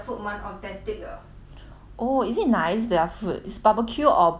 oh is it nice their food is barbecue or buffet 是那种 buffet 吗